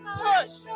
push